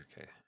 okay